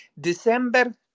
december